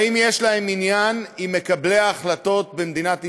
האם יש להם עניין עם מקבלי ההחלטות במדינת ישראל,